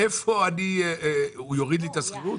איפה הוא יוריד לי את השכירות?